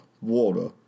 water